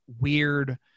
weird